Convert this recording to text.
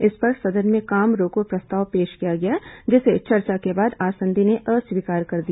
इस पर सदन में काम रोको प्रस्ताव पेश किया गया जिसे चर्चा के बाद आसंदी ने अस्वीकार कर दिया